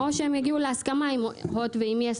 או שהם יגיעו להסכמה עם הוט ועם יס